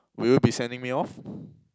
will you be sending me off